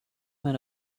went